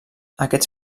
aquests